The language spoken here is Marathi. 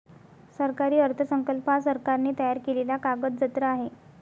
सरकारी अर्थसंकल्प हा सरकारने तयार केलेला कागदजत्र आहे